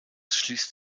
schließt